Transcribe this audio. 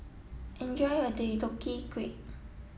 enjoy your Deodeok Gui